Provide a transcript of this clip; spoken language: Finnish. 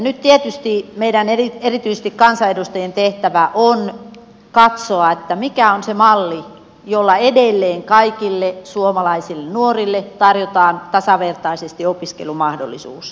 nyt tietysti meidän erityisesti kansanedustajien tehtävä on katsoa mikä on se malli jolla edelleen kaikille suomalaisille nuorille tarjotaan tasavertaisesti opiskelumahdollisuus